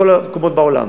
בכל המקומות בעולם,